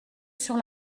sur